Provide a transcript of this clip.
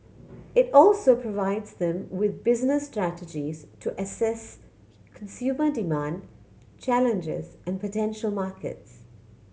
it also provides them with business strategies to assess consumer demand challenges and potential markets